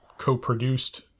co-produced